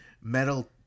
metal